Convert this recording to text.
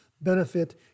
benefit